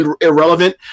irrelevant